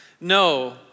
no